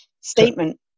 statement